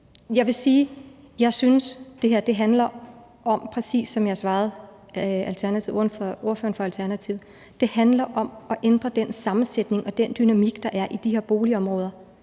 jeg synes, at det her handler om – præcis som jeg svarede ordføreren for Alternativet – at ændre den sammensætning og den dynamik, der er i de her boligområder.